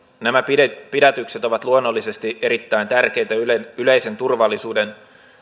nämä pidätykset ovat luonnollisesti erittäin tärkeitä yleisen yleisen turvallisuuden